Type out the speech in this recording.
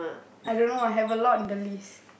I don't know I have a lot in the list